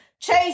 Chase